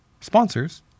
sponsors